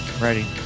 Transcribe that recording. Ready